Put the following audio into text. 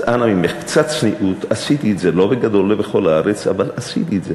אז אנא ממך, קצת צניעות, עשיתי את זה.